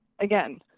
Again